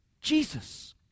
Jesus